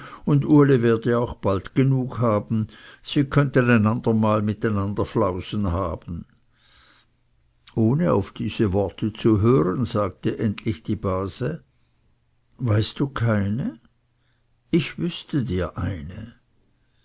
und uli werde auch bald genug haben sie könnten ein andermal mit einander flausen haben ohne auf diese worte zu hören sagte endlich die base weißt du keine ich wüßte dir eine